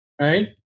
right